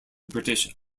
british